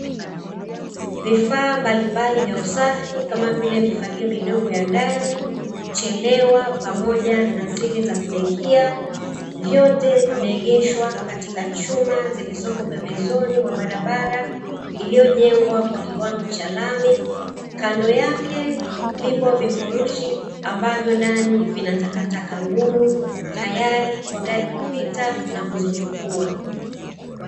Vifaa mbalimbali vya usafi kama vile mifagio midogo ya ndani, chelewa, pamoja na zile za kudekia, vyote vimeegeshwa katika chuma zilizopo pembezoni mwa barabara, iliyojengwa kwa kiwango cha lami. Kando yake vipo vifurushi ambavyo ndani vina takataka ngumu, tayari kwa gari kupita na kuzichukua.